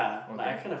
okay